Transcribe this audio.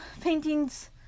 paintings